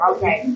Okay